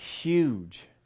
huge